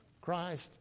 Christ